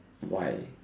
why